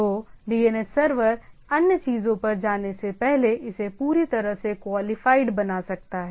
तो DNS server अन्य चीजों पर जाने से पहले इसे पूरी तरह से क्वालिफाइड बना सकता है